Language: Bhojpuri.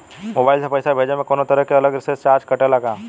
मोबाइल से पैसा भेजे मे कौनों तरह के अलग से चार्ज कटेला का?